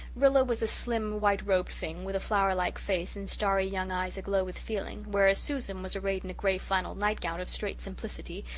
rilla was a slim, white-robed thing, with a flower-like face and starry young eyes aglow with feeling whereas susan was arrayed in a grey flannel nightgown of strait simplicity,